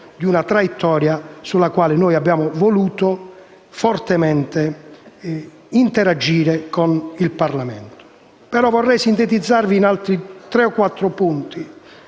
di una traiettoria sulla quale abbiamo voluto fortemente interagire con il Parlamento. Vorrei sintetizzare in altri tre o quattro punti